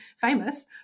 famous